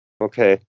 Okay